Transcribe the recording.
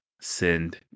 send